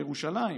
בירושלים